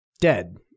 dead